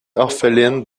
orpheline